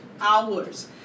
hours